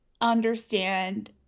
understand